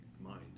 mind